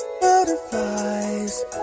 butterflies